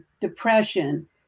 depression